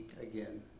again